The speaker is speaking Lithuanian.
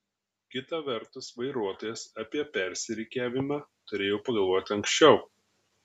kita vertus vairuotojas apie persirikiavimą turėjo pagalvoti anksčiau